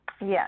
Yes